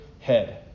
head